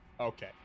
Okay